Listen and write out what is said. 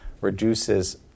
reduces